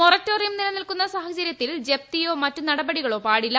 moratorium നിലനിൽക്കുന്ന സാഹചര്യത്തിൽ ജഷ്തിയോ മറ്റു നടപടികളോ പാടില്ല